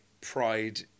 pride